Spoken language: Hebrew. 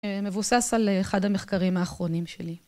מבוסס על אחד המחקרים האחרונים שלי.